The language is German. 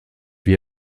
wie